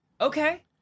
Okay